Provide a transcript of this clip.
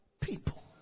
people